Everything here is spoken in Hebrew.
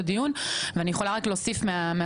ואני מקווה שיהיה על זה דיון נפרד בוועדה.